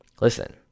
listen